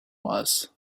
was